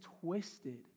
twisted